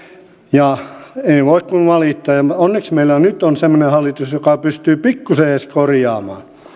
ja ei voi kuin valittaa onneksi meillä nyt on semmoinen hallitus joka pystyy pikkusen edes korjaamaan